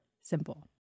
simple